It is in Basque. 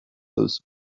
duzu